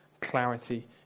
clarity